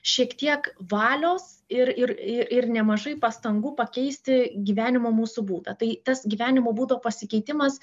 šiek tiek valios ir ir i ir nemažai pastangų pakeisti gyvenimo mūsų būdą tai tas gyvenimo būdo pasikeitimas